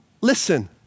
listen